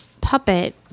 puppet